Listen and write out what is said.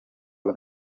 rwe